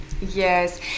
Yes